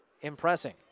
impressing